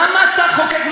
למה אתה מחוקק?